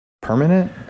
permanent